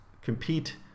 compete